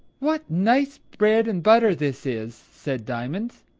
what nice bread and butter this is! said diamond.